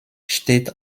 steht